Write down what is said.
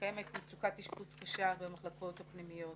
קיימת מצוקת אשפוז קשה במחלקות הפנימיות.